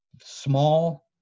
small